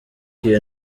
iyo